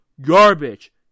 garbage